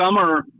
summer